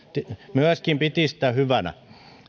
myöskin piti sitä hyvänä